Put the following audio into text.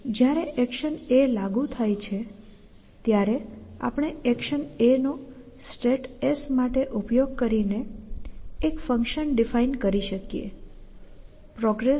હવે જયારે action a લાગુ થાય છે ત્યારે આપણે એક્શન a નો સ્ટેટ S માટે ઉપયોગ કરીને એક ફંકશન ડિફાઈન કરી શકીએ progressSa